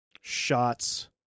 shots